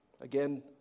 Again